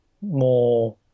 more